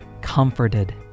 comforted